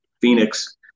Phoenix